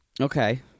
Okay